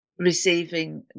receiving